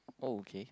oh okay